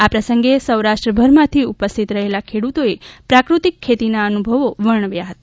આ પ્રસંગે સૌરાષ્ટ્રભરમાંથી ઉપસ્થિત રહેલા ખેડૂતોએ પ્રાકૃતિક ખેતીના અનુભવો વર્ણવ્યા હતા